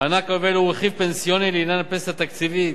מענק היובל הוא רכיב פנסיוני לעניין הפנסיה התקציבית,